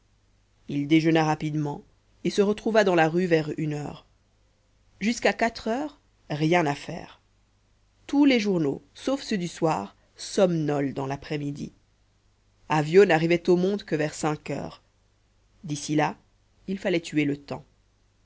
il déjeuna rapidement et se retrouva dans la rue vers une heure jusqu'à quatre heures rien à faire tous les journaux sauf ceux du soir somnolent dans l'après-midi avyot n'arrivait au monde que vers cinq heures d'ici là il fallait tuer le temps